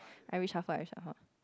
I reshuffle I reshuffle